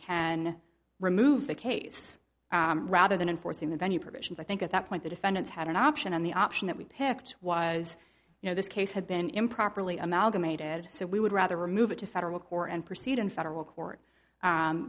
can remove the case rather than enforcing the venue provisions i think at that point the defendants had an option and the option that we picked was you know this case had been improperly amalgamated so we would rather move it to federal court and proceed in federal court